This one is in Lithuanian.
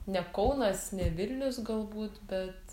ne kaunas ne vilnius galbūt bet